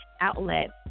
outlet